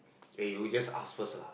K you just ask first lah